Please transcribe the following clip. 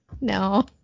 no